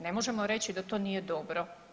Ne možemo reći da to nije dobro.